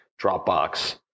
Dropbox